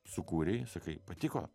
sukūrei sakai patiko